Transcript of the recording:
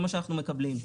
זה מה שאנחנו מקבלים.